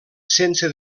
sense